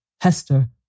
Hester